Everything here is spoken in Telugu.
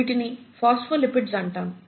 వీటిని ఫోస్ఫోలిపిడ్స్ అంటాము